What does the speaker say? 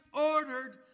ordered